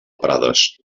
prades